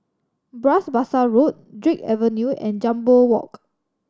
Bras Basah Road Drake Avenue and Jambol Walk